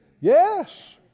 Yes